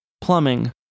plumbing